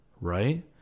right